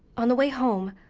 on the way home,